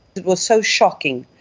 it was so shocking,